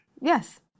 Yes